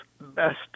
Best